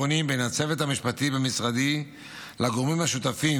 בין הצוות המשפטי במשרדי לגורמים השותפים,